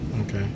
Okay